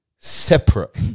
Separate